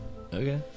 Okay